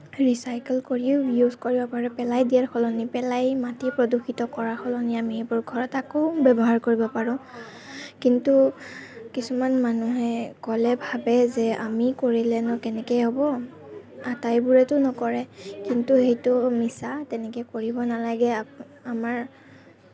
recycle কৰিও use কৰিব পাৰোঁ পেলাই দিয়াৰ সলনি পেলাই মাটি প্ৰদূষিত কৰাৰ সলনি আমি সেইবোৰ ঘৰত আকৌ ব্যৱহাৰ কৰিব পাৰোঁ কিন্তু কিছুমান মানুহে ক'লে ভাৱে যে আমি কৰিলেনো কেনেকে হ'ব আটাইবোৰেটো নকৰে কিন্তু সেইটো মিছা তেনেকে কৰিব নালাগে আ আমাৰ